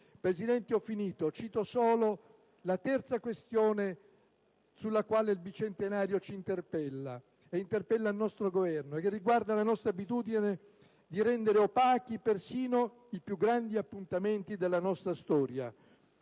Presidente, ho finito. Cito solo la terza questione sulla quale il bicentenario dell'Argentina ci interpella e interpella il nostro Governo: essa riguarda la nostra abitudine di rendere opachi persino i più grandi appuntamenti della nostra storia.